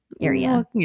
area